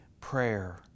prayer